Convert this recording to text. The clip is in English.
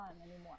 anymore